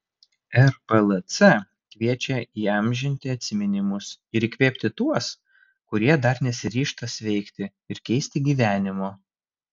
rplc kviečia įamžinti atsiminimus ir įkvėpti tuos kurie dar nesiryžta sveikti ir keisti gyvenimo